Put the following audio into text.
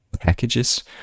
packages